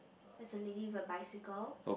there's a lady with a bicycle